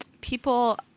people